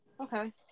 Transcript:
Okay